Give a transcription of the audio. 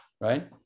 right